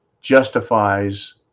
justifies